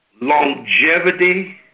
longevity